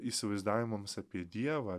įsivaizdavimams apie dievą